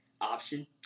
option